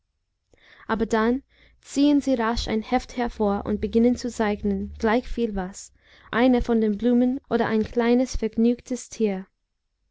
aber dann ziehen sie rasch ein heft hervor und beginnen zu zeichnen gleichviel was eine von den blumen oder ein kleines vergnügtes tier